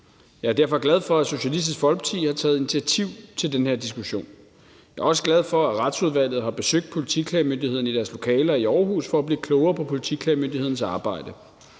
Jeg er derfor glad for, at Socialistisk Folkeparti har taget initiativ til den her diskussion. Jeg er også glad for, at Retsudvalget har besøgt politiklagemyndigheden i deres lokaler i Aarhus for at blive klogere på Politiklagemyndighedens arbejde.